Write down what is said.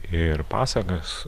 ir pasakas